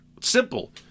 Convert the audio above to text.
Simple